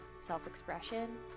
self-expression